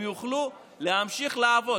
הם יוכלו להמשיך לעבוד.